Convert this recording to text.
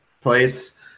place